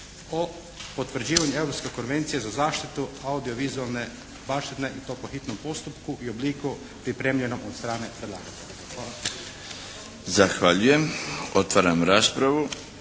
o potvrđivanju Europske konvencije za zaštitu audio-vizualne baštine i to po hitnom postupku i obliku pripremljenom od strane predlagatelja. Hvala.